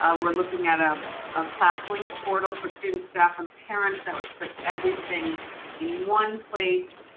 ah we're looking at a ah classlink portal for students, staff and parents that would put everything in one place.